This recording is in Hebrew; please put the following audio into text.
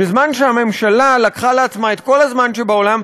בזמן שהממשלה לקחה לעצמה את כל הזמן שבעולם,